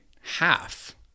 half